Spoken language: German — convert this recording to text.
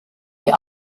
die